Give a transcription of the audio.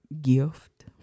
gift